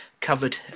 covered